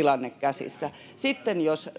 suoraan Ruotsista!] Sitten jos